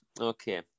okay